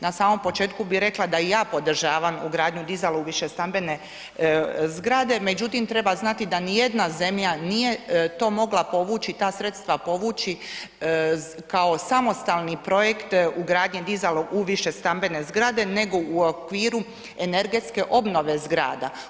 Na samom početku bi rekla da i ja podržavam ugradnju dizala u višestambene zgrade međutim treba znati da nijedna zemlja nije to mogla povući, ta sredstva povući kao samostalni projekt ugradnji dizalo u više stambene zgrade, nego u okviru energetske obnove zgrada.